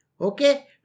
Okay